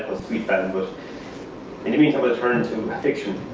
then but in the meantime i turn to fiction.